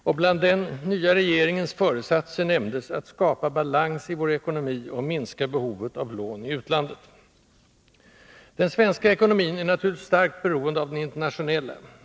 — och bland den nya regeringens föresatser nämndes ”att skapa balans i vår ekonomi och minska behovet av lån i utlandet”. Den svenska ekonomin är naturligtvis starkt beroende av den internationella.